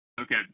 Okay